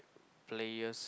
players